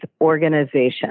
organization